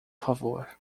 favor